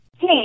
Hey